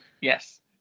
Yes